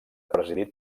presidit